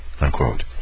Unquote